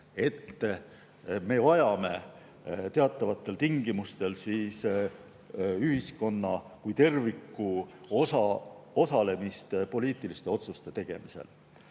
et me vajame teatavatel tingimustel ühiskonna kui terviku osalemist poliitiliste otsuste tegemisel.